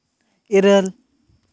ᱤᱨᱟᱹᱞ